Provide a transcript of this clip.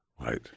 Right